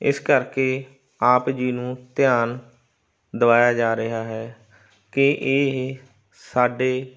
ਇਸ ਕਰਕੇ ਆਪ ਜੀ ਨੂੰ ਧਿਆਨ ਦਵਾਇਆ ਜਾ ਰਿਹਾ ਹੈ ਕਿ ਇਹ ਸਾਡੇ